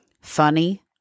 Funny